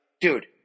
Dude